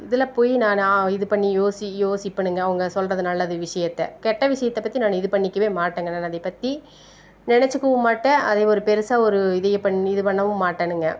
இதில் போய நானு இது பண்ணி யோசி யோசிப்பேனுங்க அவங்க சொல்கிறது நல்ல விஷயத்த கெட்ட விஷயத்த பற்றி நானு இது பண்ணிக்கவே மாட்டேங்க நானும் அதைப்பற்றி நினச்சிக்கவும் மாட்டேன் அதை ஒரு பெருசாக ஒரு இதையப்பண் இது பண்ணவும் மாட்டேனுங்க